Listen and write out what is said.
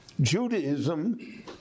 Judaism